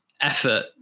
effort